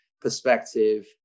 perspective